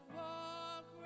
walk